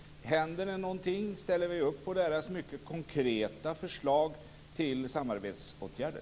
Händer det någonting? Ställer vi upp på deras mycket konkreta förslag till samarbetsåtgärder?